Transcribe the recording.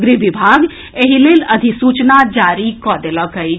गृह विभाग एहि लेल अधिसूचना जारी कऽ देलक अछि